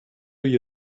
you